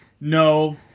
no